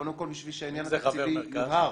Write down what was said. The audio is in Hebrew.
קודם כל בשביל שהעניין התקציבי יובהר,